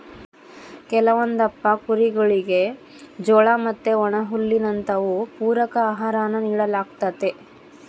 ಕೆಲವೊಂದಪ್ಪ ಕುರಿಗುಳಿಗೆ ಜೋಳ ಮತ್ತೆ ಒಣಹುಲ್ಲಿನಂತವು ಪೂರಕ ಆಹಾರಾನ ನೀಡಲಾಗ್ತತೆ